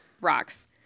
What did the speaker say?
rocks